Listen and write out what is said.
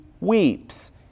weeps